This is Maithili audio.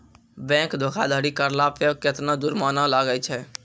बैंक धोखाधड़ी करला पे केतना जुरमाना लागै छै?